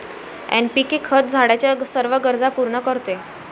NPK खत झाडाच्या सर्व गरजा पूर्ण करते